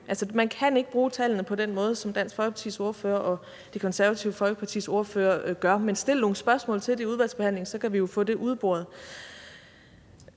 Man kan ikke bruge tallene på den måde, som Dansk Folkepartis ordfører og Det Konservative Folkepartis ordfører gør. Men stil nogle spørgsmål til det i udvalgsbehandlingen, og så kan vi jo få det udboret.